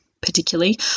particularly